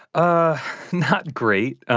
ah not great.